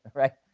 right?